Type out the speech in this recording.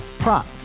Prop